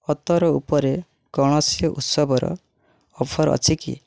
ଅତର ଉପରେ କୌଣସି ଉତ୍ସବର ଅଫର୍ ଅଛି କି